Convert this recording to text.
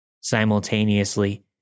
Simultaneously